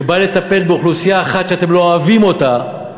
שבא לטפל באוכלוסייה אחת שאתם לא אוהבים אותה,